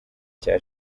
cya